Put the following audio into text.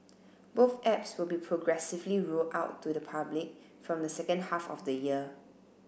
both apps will be progressively rolled out to the public from the second half of the year